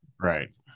Right